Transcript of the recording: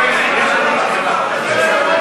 הסתייגות מס' 12,